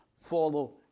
follow